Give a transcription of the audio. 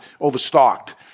overstocked